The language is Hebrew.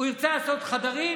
ירצה לעשות חדרים?